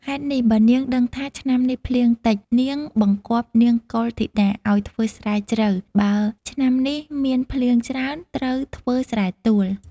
ហេតុនេះបើនាងដឹងថា ឆ្នាំនេះភ្លៀងតិច នាងបង្គាប់នាងកុលធីតាឲ្យធ្វើស្រែជ្រៅ បើឆ្នាំនេះ មានភ្លៀងច្រើន ត្រូវធ្វើស្រែទួល។